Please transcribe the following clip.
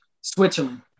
Switzerland